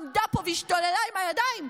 עמדה פה והשתוללה עם הידיים,